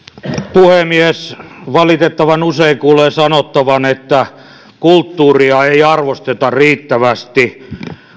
puhemies valitettavan usein kuulee sanottavan että kulttuuria ei arvosteta riittävästi